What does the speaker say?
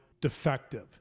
defective